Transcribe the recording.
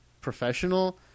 professional